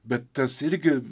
bet tas irgi